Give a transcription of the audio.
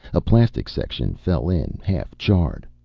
a plastic section fell in, half charred.